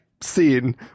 scene